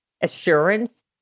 assurance